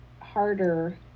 harder